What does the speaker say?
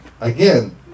again